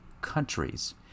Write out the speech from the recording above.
countries